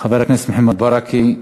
חבר הכנסת מוחמד ברכה.